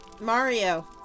Mario